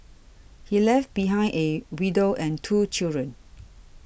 he left behind a widow and two children